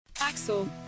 Axel